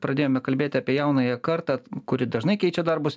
pradėjome kalbėti apie jaunąją kartą kuri dažnai keičia darbus